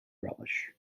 relish